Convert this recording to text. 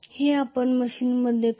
हे आपण मशीनमध्ये करतो